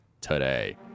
today